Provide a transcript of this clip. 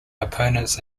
opponents